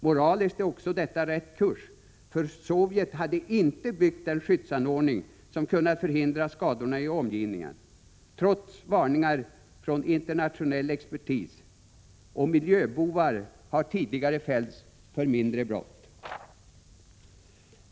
Moraliskt är också detta rätt kurs, för Sovjet hade inte byggt den skyddsanordning som kunnat förhindra skadorna i omgivningen, trots varningar från internationell expertis. Miljöbovar har tidigare fällts för mindre brott.